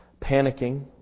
panicking